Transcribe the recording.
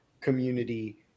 community